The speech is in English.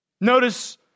Notice